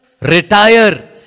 retire